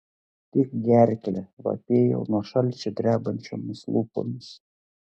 tik gerklę vapėjau nuo šalčio drebančiomis lūpomis